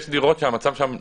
יש דירות שהמצב שם קשה.